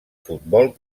futbol